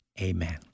Amen